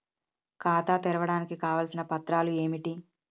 ఖాతా తెరవడానికి కావలసిన పత్రాలు ఏమిటి?